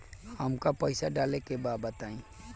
हमका पइसा डाले के बा बताई